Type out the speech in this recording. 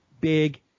big